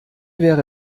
wäre